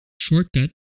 shortcut